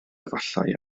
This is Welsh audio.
efallai